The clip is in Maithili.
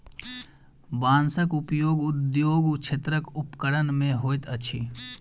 बांसक उपयोग उद्योग क्षेत्रक उपकरण मे होइत अछि